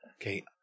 Okay